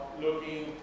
looking